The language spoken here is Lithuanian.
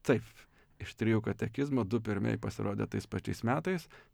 taip iš trijų katekizmų du pirmieji pasirodė tais pačiais metais